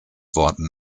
worten